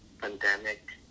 pandemic